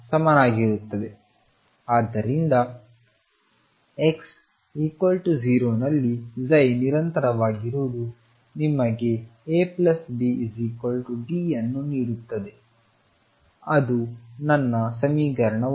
ಆದ್ದರಿಂದ x 0 ನಲ್ಲಿ ನಿರಂತರವಾಗಿರುವುದು ನಿಮಗೆ ABD ಅನ್ನು ನೀಡುತ್ತದೆ ಅದು ನನ್ನ ಸಮೀಕರಣ 1